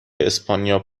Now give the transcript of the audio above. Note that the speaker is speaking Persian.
اسپانیا